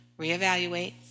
reevaluate